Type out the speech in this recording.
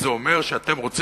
אז זה אומר שאתם רוצים,